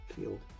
field